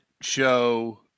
show